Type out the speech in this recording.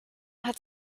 hat